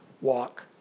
walk